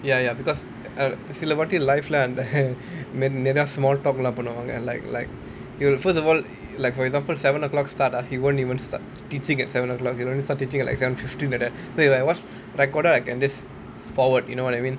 ya ya because uh சில வாட்டி:sila vaatti live leh and நிறைய:niraiya small talk எல்லாம் பண்ணுவாங்க:ellaam pannuvaanga like like you first of all like for example seven O clock start ah he won't even start teaching at seven O clock he only start teaching at like seven fifteen like that like so if I watch recorded I can just forward you know what I mean